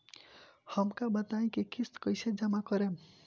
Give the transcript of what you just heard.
हम का बताई की किस्त कईसे जमा करेम?